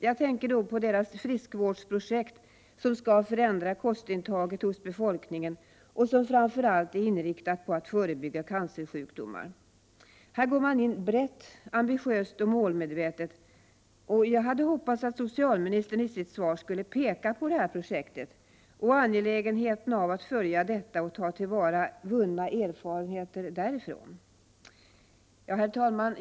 Jag tänker på landstingets friskvårdsprojekt, som skall förändra kostintaget hos befolkningen och som framför allt är inriktat på att förebygga cancersjukdomar. Här går man in brett, ambitiöst och målmedvetet, och jag hade hoppats att socialministern i sitt svar skulle peka på detta projekt och angelägenheten av att följa det samt att ta till vara vunna erfarenheter därifrån. Herr talman!